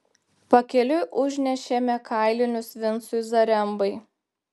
pakeliui užnešėme kailinius vincui zarembai